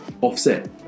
offset